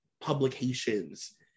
publications